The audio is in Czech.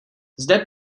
zde